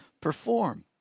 perform